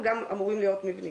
גם אמורים להיות מבנים,